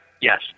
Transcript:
Yes